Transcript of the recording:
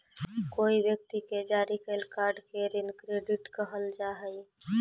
कोई व्यक्ति के जारी कैल कार्ड के ऋण क्रेडिट कहल जा हई